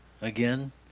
again